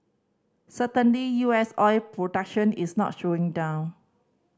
certainly U S oil production is not slowing down